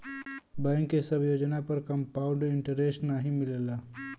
bank के सब योजना पर कंपाउड इन्टरेस्ट नाहीं मिलला